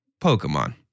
Pokemon